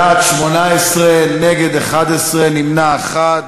בעד, 18, נגד 11, נמנע אחד.